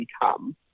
become